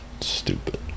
stupid